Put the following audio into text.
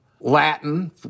Latin